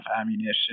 ammunition